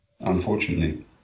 unfortunately